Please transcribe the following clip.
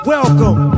Welcome